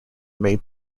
made